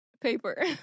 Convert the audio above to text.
paper